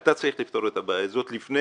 אתה צריך לפתור את הבעיה הזאת לפני